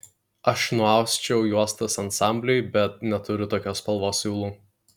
aš nuausčiau juostas ansambliui bet neturiu tokios spalvos siūlų